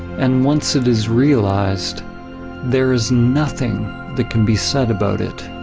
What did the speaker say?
and once it is realized there is nothing that can be said about it.